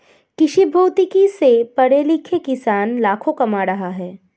कृषिभौतिकी से पढ़े लिखे किसान लाखों कमा रहे हैं